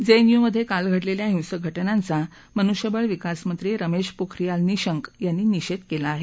जेएनयूमधे काल घडलेल्या हिंसक घ िनेांचा मनुष्यबळ विकास मंत्री स्मेश पोखऱियाल निशंक यांनी निषेध केला आहे